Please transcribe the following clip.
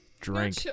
drink